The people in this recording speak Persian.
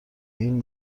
این